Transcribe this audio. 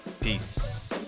Peace